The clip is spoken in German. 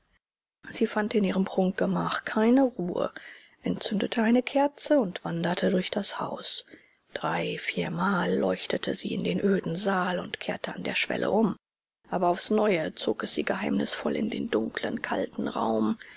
sie fand in ihrem prunkgemach keine ruhe entzündete eine kerze und wanderte durch das haus drei viermal leuchtete sie in den öden salon und kehrte an der schwelle um aber aufs neue zog es sie geheimnisvoll in den dunklen kalten raum